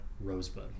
Rosebud